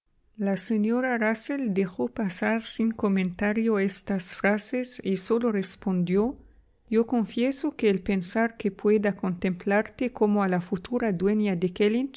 la señora rusell dejó pasar sin comentario estas frases y sólo respondió yo confieso que el pensar que pueda contemplarte como a la futura dueña de